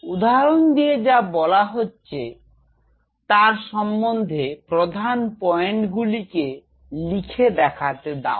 উদাহরণ দিয়ে যা বলা হয়েছে তার সম্বন্ধে প্রধান পয়েন্টগুলি কে লিখে দেখাতে দাও